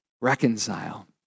reconcile